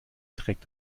trägt